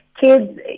Kids